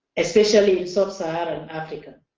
especially in sub-saharan africa.